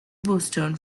boston